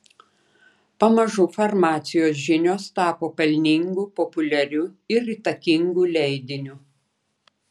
pamažu farmacijos žinios tapo pelningu populiariu ir įtakingu leidiniu